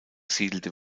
siedelte